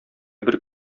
бер